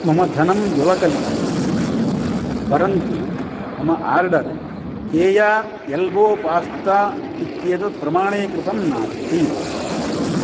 मम धनं व्यवकलितं परन्तु मम आर्डर् केया एल्बो पास्ता इत्येतत् प्रमाणीकृतं नास्ति